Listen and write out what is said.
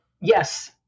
Yes